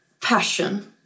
passion